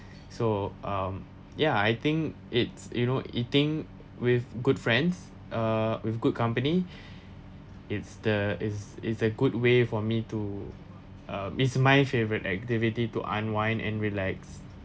so um yeah I think it's you know eating with good friends uh with good company it's the is is a good way for me to uh is my favourite activity to unwind and relax